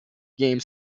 game